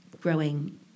growing